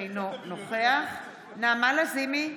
אינו נוכח נעמה לזימי,